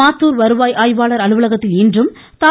மாத்தூர் வருவாய் ஆய்வாளர் அலுவலகத்தில் இன்றும் தா